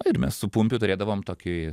ir mes su pumpiu turėdavom tokį